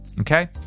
Okay